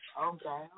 Okay